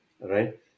right